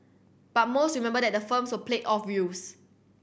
but most remember that the firms were played off youth